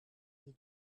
die